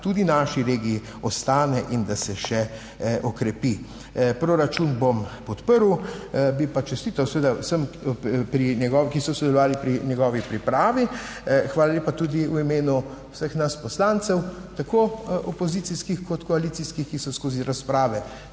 vlada tudi naši regiji ostane in da se še okrepi. Proračun, bom podprl, bi pa čestital seveda vsem pri njegovih, ki so sodelovali pri njegovi pripravi. Hvala lepa tudi v imenu vseh nas poslancev, tako opozicijskih kot koalicijskih, ki so skozi razprave